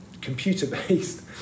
computer-based